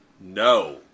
No